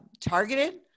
targeted